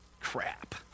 Crap